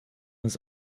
des